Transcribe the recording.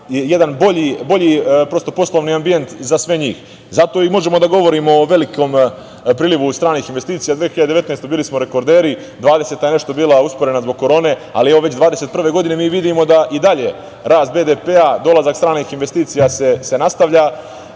jedan bolji prosto poslovni ambijent za sve njih. Zato i možemo da govorimo o velikom prilivu stranih investicija. Godine 2019. bili smo rekorderi, 2020. je nešto bila usporena zbog Korone, ali, evo, već 2021. godine mi vidimo da i dalje rast BDP-a, dolazak stranih investicija se nastavlja. Predsednik